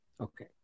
Okay